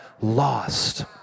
lost